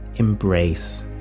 Embrace